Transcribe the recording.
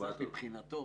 מבחינתו